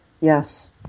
yes